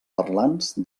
parlants